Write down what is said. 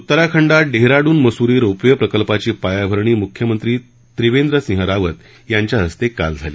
उत्तराखंडात Dehradun Mussoorie rope way प्रकल्पाची पायाभरणी मुख्यमंत्री त्रिवेन्द्र सिंह रावत यांच्या हस्ते काल झाली